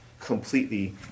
completely